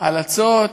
הלצות,